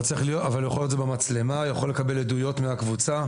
הוא יכול לראות במצלמה ולקבל עדויות מהקבוצה.